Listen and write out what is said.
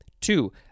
Two